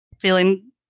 Feeling